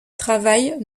travaille